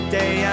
day